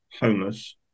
homeless